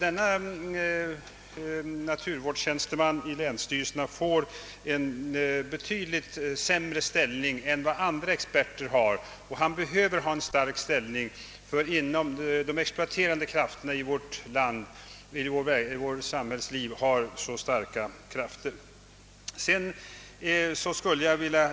Denne naturvårdstjänsteman i länsstyrelsen får en betydligt sämre ställning än vad andra experter har, och han behöver ha en stark ställning gentemot de exploaterande krafterna i vårt samhällsliv som är mycket mäktiga.